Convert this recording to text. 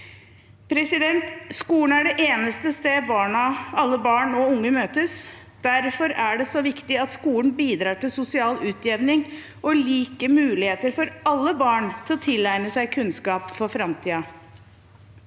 påstanden. Skolen er det eneste stedet alle barn og unge møtes. Derfor er det viktig at skolen bidrar til sosial utjevning og lik mulighet for alle barn til å tilegne seg kunnskap for framtiden.